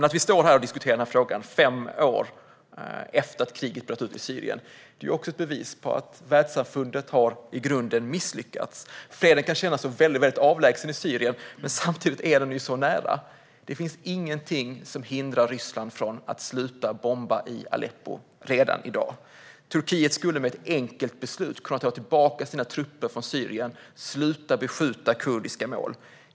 Att vi står här och diskuterar den här frågan fem år efter att kriget bröt ut i Syrien är ett bevis på att världssamfundet i grunden har misslyckats. Freden i Syrien kan kännas enormt avlägsen, men samtidigt är den ju så nära. Det finns inget som hindrar Ryssland att sluta bomba i Aleppo redan i dag. Turkiet skulle med ett enkelt beslut kunna ta tillbaka sina trupper från Syrien och sluta beskjuta kurdiska mål.